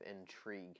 intrigue